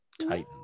Titan